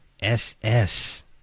SS